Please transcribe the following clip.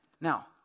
Now